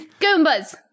Goombas